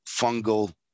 fungal